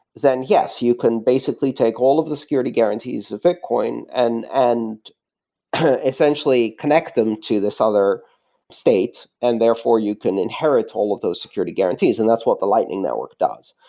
then yes, you can basically take all of the security guarantees of bitcoin and and essentially essentially connect them to this other state, and therefore you can inherit all of those security guarantees, and that's what the lightning networks does.